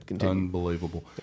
unbelievable